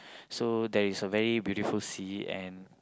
so there is a very beautiful sea and